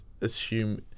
assume